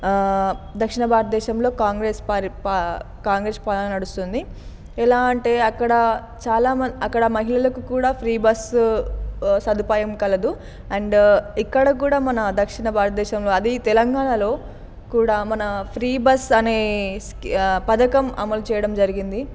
దక్షిణ భారతదేశంలో Congress party Congress party నడుస్తుంది ఎలా అంటే అక్కడ చాలా అక్కడ మహిళలకు కూడా ఫ్రీ బస్సు సదుపాయం కలదు అండ్ ఇక్కడ కూడా మన దక్షిణ భారతదేశంలో అది తెలంగాణలో కూడా మన ఫ్రీ బస్ అనే పథకం అమలు చేయడం జరిగింది